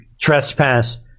trespass